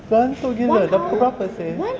mengantuk gila dah pukul berapa seh